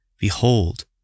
Behold